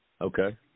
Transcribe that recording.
Okay